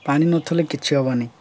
ପାଣି ନଥିଲେ କିଛି ହବନି